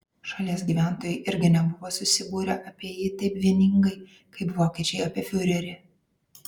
šalies gyventojai irgi nebuvo susibūrę apie jį taip vieningai kaip vokiečiai apie fiurerį